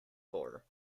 boar